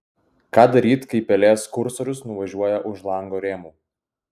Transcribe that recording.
ką daryt kai pelės kursorius nuvažiuoja už lango rėmų